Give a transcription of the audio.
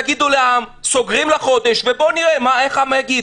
תגידו לעם: סוגרים לחודש, ונראה מה העם יגיד.